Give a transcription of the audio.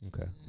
Okay